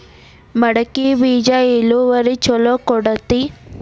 ಮಡಕಿ ಬೇಜ ಇಳುವರಿ ಛಲೋ ಕೊಡ್ತೆತಿ?